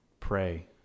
pray